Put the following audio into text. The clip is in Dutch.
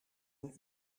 een